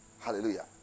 Hallelujah